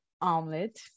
omelet